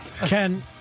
Ken